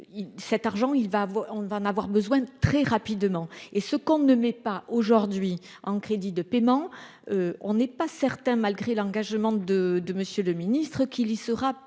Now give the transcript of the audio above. il va voir, on va en avoir besoin très rapidement et ce qu'on ne met pas aujourd'hui en crédits de paiement, on n'est pas certain, malgré l'engagement de de Monsieur le Ministre, qu'il il sera plus